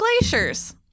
glaciers